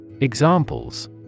Examples